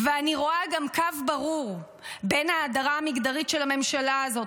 אני רואה קו ברור גם בין ההדרה המגדרית של הממשלה הזאת,